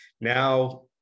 Now